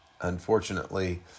unfortunately